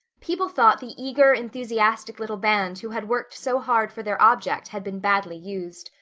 people thought the eager, enthusiastic little band who had worked so hard for their object had been badly used.